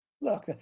Look